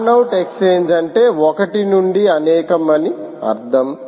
fan out exchange అంటే ఒకటి నుండి అనేకం అని అర్థం